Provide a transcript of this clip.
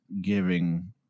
giving